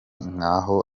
nk’aho